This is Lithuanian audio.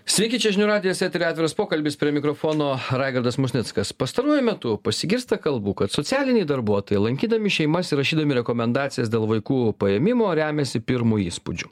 sveiki čia žinių radijas etery atviras pokalbius prie mikrofono raigardas musnickas pastaruoju metu pasigirsta kalbų kad socialiniai darbuotojai lankydami šeimas ir rašydami rekomendacijas dėl vaikų paėmimo remiasi pirmu įspūdžiu